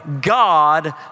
God